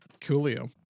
Coolio